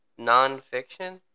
nonfiction